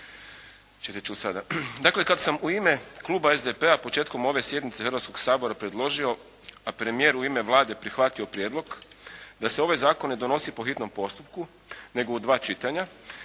ćete čuti sada. Dakle, kada sam u ime kluba SDP-a početkom ove sjednice Hrvatskog sabora predložio, a premijer u ime Vlade prihvatio prijedlog da se ove zakon ne donosi po hitnom postupku, nego u dva čitanja